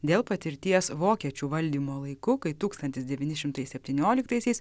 dėl patirties vokiečių valdymo laiku kai tūkstantis devyni šimtai septynioliktaisiais